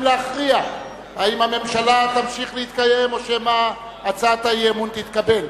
להכריע אם הממשלה תמשיך להתקיים או שמא הצעת האי-אמון תתקבל.